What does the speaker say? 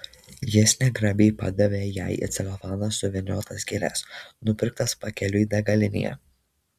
jis negrabiai padavė jai į celofaną suvyniotas gėles nupirktas pakeliui degalinėje